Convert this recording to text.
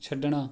ਛੱਡਣਾ